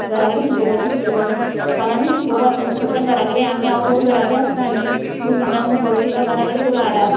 घरा कडेन शिकोवपाची कितें तर इस्कॉलानूच शिकोवपा जाय न्हू सगळे घरा कडे आमी आवय बापूय घरा कडेन आसना न्ही तुमी म्हणटा होमवक दिलो घरा कडे करून हाडा